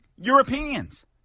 Europeans